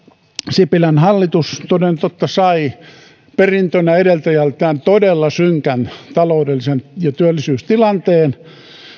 sipilän hallitus toden totta sai perintönä edeltäjältään todella synkän taloudellisen ja työllisyystilanteen